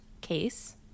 Case